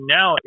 now